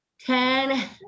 ten